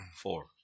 four